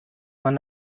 man